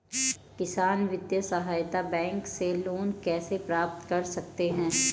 किसान वित्तीय सहायता बैंक से लोंन कैसे प्राप्त करते हैं?